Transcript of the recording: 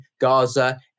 Gaza